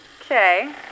Okay